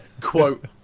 quote